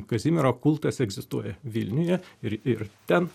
kazimiero kultas egzistuoja vilniuje ir ir ten